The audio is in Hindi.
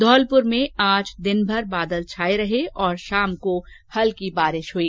धौलपुर में आज दिनभर बादल छाए रहे तथा शाम को हल्की बारिश हुई